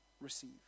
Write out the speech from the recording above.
receive